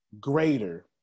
greater